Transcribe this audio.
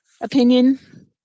opinion